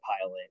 pilot